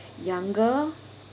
younger